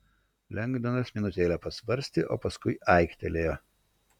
lengdonas minutėlę pasvarstė o paskui aiktelėjo